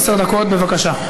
בבקשה.